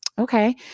Okay